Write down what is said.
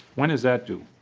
when is that you?